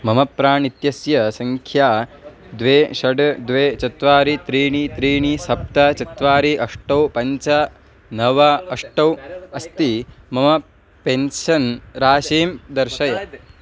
मम प्राण् इत्यस्य सङ्ख्या द्वे षड् द्वे चत्वारि त्रीणि त्रीणि सप्त चत्वारि अष्टौ पञ्च नव अष्टौ अस्ति मम पेन्शन् राशिं दर्शय